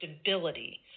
stability